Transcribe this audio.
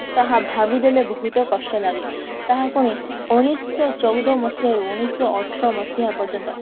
ତାହା ଭାବିଦେଲେ ବହୁତ କଷ୍ଟ ଲାଗେ ତାହା ପୁଣି ଉଣେଇଶ ଶହ ଚଉଦ ମସିହାରୁ ଉଣେଇଶ ଶହ ଅଠର ମସିହା ପର୍ଯ୍ୟନ୍ତ